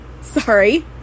Sorry